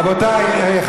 רבותיי השרים,